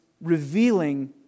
revealing